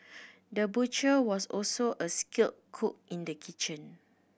the butcher was also a skilled cook in the kitchen